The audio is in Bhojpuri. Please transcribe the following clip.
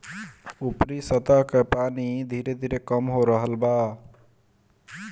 ऊपरी सतह कअ पानी धीरे धीरे कम हो रहल बा